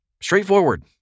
straightforward